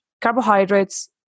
carbohydrates